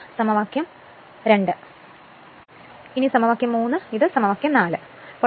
ഇത് സമവാക്യം n2 ആണ് ഇത് സമവാക്യം 3 ആണ് ഇത് സമവാക്യം 4 ആണ് ഈ വഴി